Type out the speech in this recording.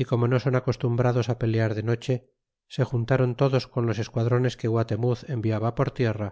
y como no son acostumbrados pelear de noche se juntaron todos con los esquadrones que guatemuz enviaba por tierra